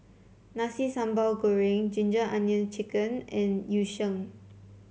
Nasi Sambal Goreng Ginger Onions chicken and Yu Sheng